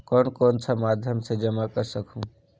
कौन कौन सा माध्यम से जमा कर सखहू?